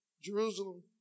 Jerusalem